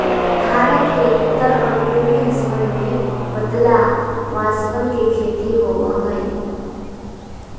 भारत के उत्तर और पूर्वी हिस्सवन में पतला बांसवन के खेती होबा हई